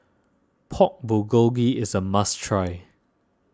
Pork Bulgogi is a must try